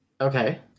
Okay